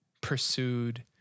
pursued